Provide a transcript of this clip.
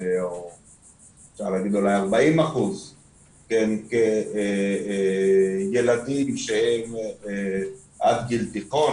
40% הם ילדים שהם עד גיל תיכון.